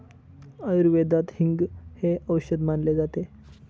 आयुर्वेदात हिंग हे औषध मानले जाते